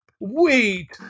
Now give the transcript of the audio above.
Wait